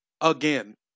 again